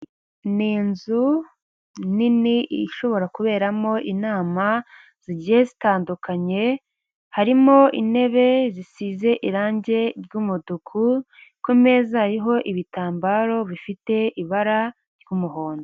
Ni inzu nini ishobora kuberamo inama zigiye zitandukanye, harimo intebe zisize irangi ry'umutuku kumeza hariho ibitambaro bifite ibara ry'umuhondo.